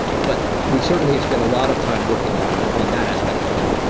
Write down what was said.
but we certainly have spent a lot of time working on on that aspect of it.